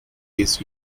this